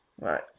Right